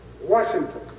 Washington